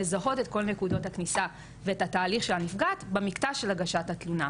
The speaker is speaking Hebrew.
לזהות את כל נקודות הכניסה ואת התהליך של הנפגעת במקטע של הגשת התלונה.